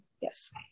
Yes